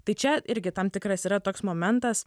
tai čia irgi tam tikras yra toks momentas